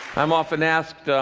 i'm often asked,